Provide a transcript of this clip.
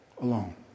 alone